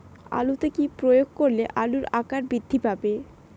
আলুতে কি প্রয়োগ করলে আলুর আকার বৃদ্ধি পাবে?